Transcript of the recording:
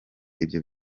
ibyo